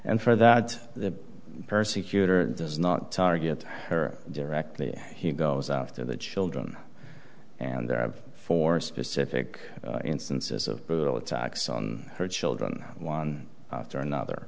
and for that the persecutor does not target her directly he goes after the children and there are four specific instances of brutal attacks on her children one after another